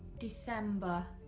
december,